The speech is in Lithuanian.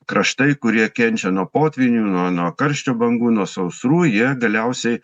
kraštai kurie kenčia nuo potvynių nuo nuo karščio bangų nuo sausrų jie galiausiai